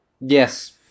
Yes